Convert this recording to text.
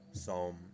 psalm